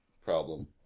problem